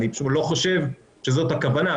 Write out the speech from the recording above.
אני פשוט לא חושב שזאת הכוונה.